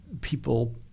people